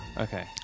Okay